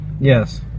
Yes